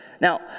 Now